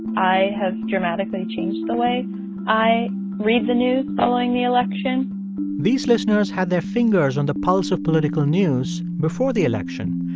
i have dramatically changed the way i read the news following the election these listeners had their fingers on the pulse of political news before the election,